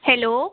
hello